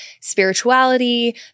spirituality